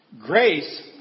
Grace